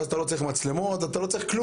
ואז אתה לא צריך מצלמות, אתה לא צריך כלום.